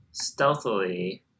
stealthily